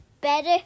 better